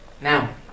Now